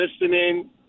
listening